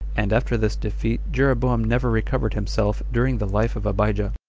and after this defeat jeroboam never recovered himself during the life of abijah,